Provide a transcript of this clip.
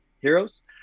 heroes